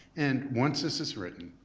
and once this is written,